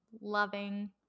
loving